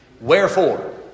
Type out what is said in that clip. Wherefore